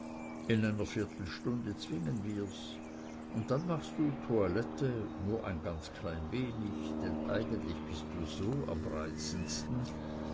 in einer viertelstunde zwingen wir's und dann machst du toilette nur ein ganz klein wenig denn eigentlich bist du so am